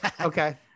Okay